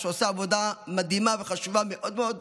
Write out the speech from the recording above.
עושה עבודה מדהימה וחשובה מאוד מאוד,